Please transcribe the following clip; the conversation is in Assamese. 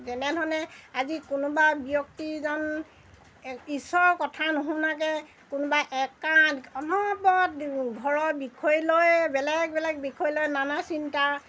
তেনেধৰণে আজি কোনোবা ব্যক্তিজন ঈশ্বৰ কথা নুশুনাকৈ কোনোবা একাত অনবৰত ঘৰৰ বিষয় লৈয়ে বেলেগ বেলেগ বিষয় লৈ নানা চিন্তা